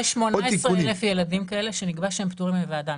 יש 18 אלף ילדים כאלה שנקבע שהם פטורים מוועדה.